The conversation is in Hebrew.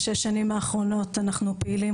בשש שנים האחרונות אנחנו פעילים,